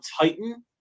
Titan